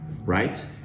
right